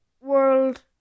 world